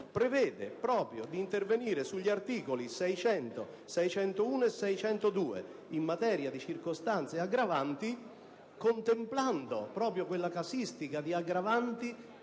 prevede di intervenire sugli articoli 600, 601 e 602 in materia di circostanze aggravanti, contemplando proprio quella casistica di aggravanti